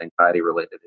anxiety-related